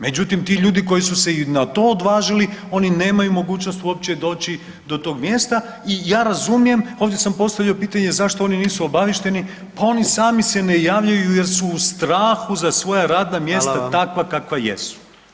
Međutim, ti ljudi koji su se i na to odvažili, oni nemaju mogućnost uopće doći do tog mjesta i ja razumijem, ovdje sam postavio pitanje zašto oni nisu obaviješteni, pa oni sami se ne javljaju jer su u strahu za svoja radna mjesta takva kakva jesu.